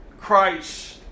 Christ